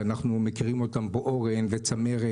שאנחנו מכירים אותם פה אורן וצמרת